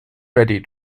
ready